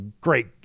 great